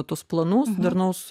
tuos planus darnaus